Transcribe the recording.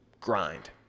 grind